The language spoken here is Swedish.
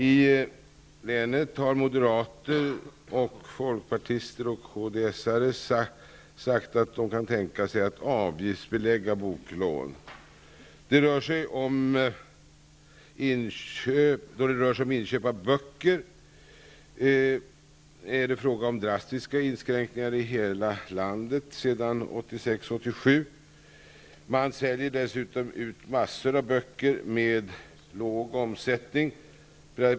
I länet har moderater, folkpartister och kds:are sagt att de kan tänka sig att avgiftsbelägga boklån. Då det rör sig om inköp av böcker har det varit drastiska inskränkningar i hela landet sedan 1986/87. Man säljer dessutom ut mängder av böcker ''med låg omsättning''.